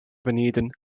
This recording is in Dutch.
beneden